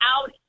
out